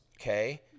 okay